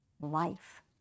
life